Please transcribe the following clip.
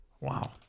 Wow